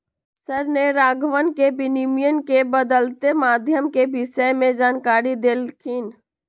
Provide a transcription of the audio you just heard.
sir ने राघवन के विनिमय के बदलते माध्यम के विषय में जानकारी देल खिन